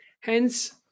hence